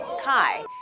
Kai